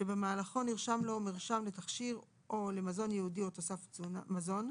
שבמהלכו נרשם לו מרשם לתכשיר או מזון ייעודי או תוסף מזון,